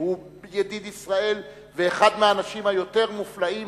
שהוא ידיד ישראל ואחד מהאנשים היותר מופלאים